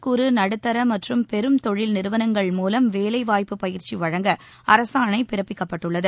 குறு நடுத்தர மற்றும் பெரும் தொழில் நிறுவனங்கள் மூலம் வேலை வாய்ப்பு பயிற்சி வழங்க அரசு ஆணை பிறப்பிக்கப்பட்டுள்ளது